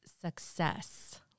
success